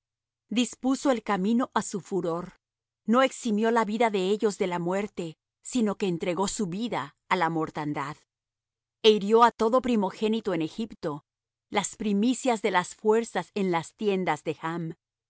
dispuso el camino á su furor no eximió la vida de ellos de la muerte sino que entregó su vida á la mortandad e hirió á todo primogénito en egipto las primicias de las fuerzas en las tiendas de chm